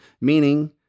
meaning